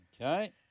Okay